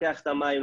לוקח את ה מים,